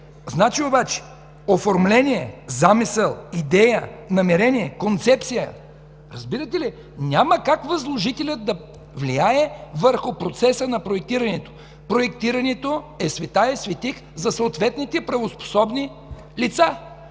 например „оформление, замисъл, идея, намерение, концепция”. Няма как възложителят да влияе върху процеса на проектирането. Проектирането е светая-светих за съответните правоспособни лица.